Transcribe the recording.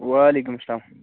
وعلیکُم اسلام